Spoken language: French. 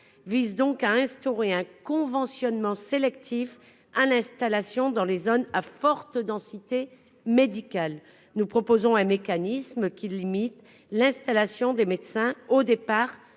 vise donc à instaurer un conventionnement sélectif à l'installation dans les zones à forte densité médicale. Nous proposons un mécanisme qui limite l'installation des médecins au départ